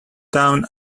down